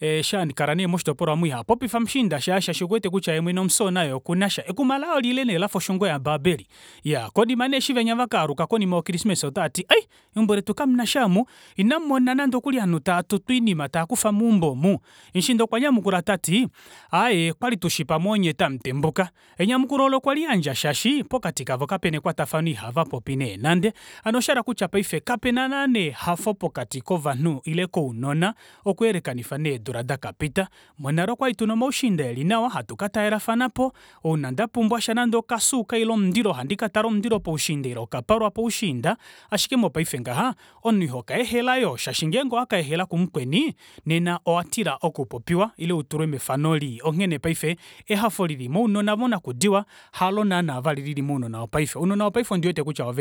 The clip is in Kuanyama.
Eshi nee akala moshitopolwa aamo ihapopifa mushiinda shaashi okuwete kutya unya omufyoona yee okunasha ekuma laye olile nee lafa osungo yababeli iyaa konima nee eshi venya vakaluka konima yo chrismas otaati ai meumbo letu kamunasha aamo inamumona nande okuli ovanhu tava tutu oinima taakufa meumbo omu mushiinda okwanyamukula tati aaye okwali tushi pamwe onye tamutembuka enyamukulo olo okweliyadja shaashi pokati kavo kapena ekwatafano ihava popi nande nande hano oshayela kutya kapena naana ehafo pokati kovanhu ile kounona okuyelekanifa needula dakapita monale okwali tuna omaushiinda elinawa hatu katalelafanapo ouna ndapumbwasha nande okasuuka ile omundilo ohandi katala omundilo ile omundilo wokapalwa poushiinda ashike mopaife ngaha omunhu ihoka ehela yoo shashi ngenge owaka ehela kumukweni nena owatila okupopiwa ile utulwe mefano lii onghene paife ehafo lili mounona monakudiwa halo naana vali lili mounona vopaife ounona vopaife ondiwete kutya